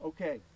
Okay